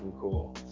cool